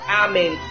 amen